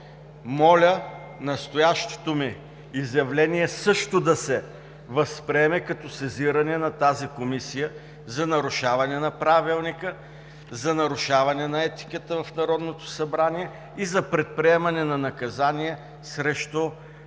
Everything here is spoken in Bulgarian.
Моля настоящето ми изявление също да се възприеме като сезиране на тази комисия за нарушаване на Правилника, за нарушаване на етиката в Народното събрание и за предприемане на наказание срещу